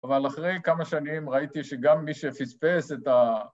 ‫אבל אחרי כמה שנים ראיתי ‫שגם מי שפספס את ה...